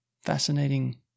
fascinating